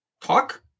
talk